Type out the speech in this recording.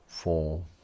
four